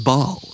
Ball